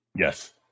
Yes